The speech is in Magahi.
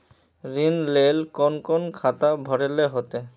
ऋण लेल कोन कोन खाता भरेले होते?